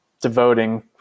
devoting